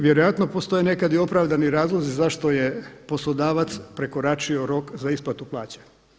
Vjerojatno postoje nekad i opravdani razlozi zašto je poslodavac prekoračio rok za isplatu plaća.